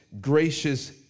gracious